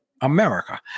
America